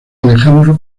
alejandro